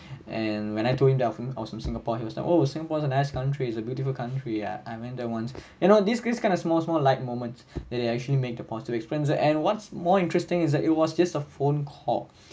and when I told him that I from I was from singapore he was like oh singapore is a nice country is a beautiful country I went there once you know this this kind of small small light moments that they actually make the positive experience and what's more interesting is that it was just a phone call